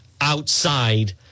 outside